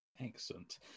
excellent